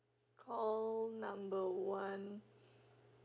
call number one